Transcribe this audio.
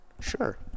Sure